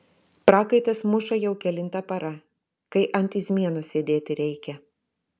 prakaitas muša jau kelinta para kai ant izmienos sėdėti reikia